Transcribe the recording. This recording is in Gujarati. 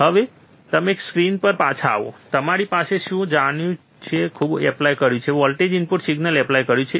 હવે જો તમે સ્ક્રીનો પર પાછા આવો તો મારી પાસે છે હું જાણું છું કે મેં ખૂબ એપ્લાય કર્યું છે મેં વોલ્ટેજ ઇનપુટ સિગ્નલ એપ્લાય કર્યું છે